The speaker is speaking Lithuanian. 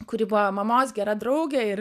kuri buvo mamos gera draugė ir